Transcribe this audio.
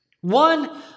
One